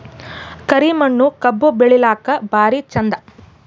ಕರಿ ಮಣ್ಣು ಕಬ್ಬು ಬೆಳಿಲ್ಲಾಕ ಭಾರಿ ಚಂದ?